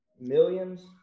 millions